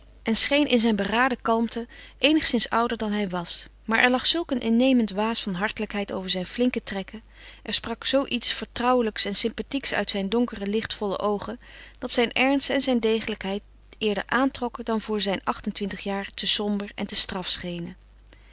en scheen in zijn beraden kalmte eenigszins ouder dan hij was maar er lag zulk een innemend waas van hartelijkheid over zijn flinke trekken er sprak zoo iets vertrouwelijks en sympathieks uit zijn donkere lichtvolle oogen dat zijn ernst en zijn degelijkheid eerder aantrokken dan voor zijn acht-en-twintig jaren te somber en te straf schenen